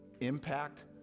impact